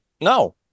no